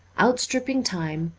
outstripping time,